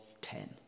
ten